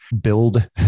build